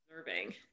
observing